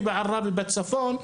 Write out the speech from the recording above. אני בעראבה בצפון.